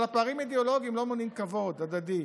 אבל הפערים האידיאולוגיים לא מונעים כבוד הדדי.